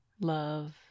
love